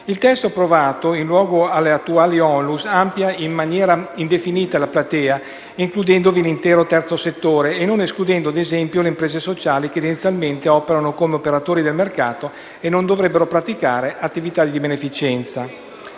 Il testo approvato, in luogo delle attuali ONLUS, amplia in maniera indefinita la platea, includendovi l'intero terzo settore e non escludendo, ad esempio, le imprese sociali, che tendenzialmente operano come operatori nel mercato e non dovrebbero praticare «attività di beneficenza».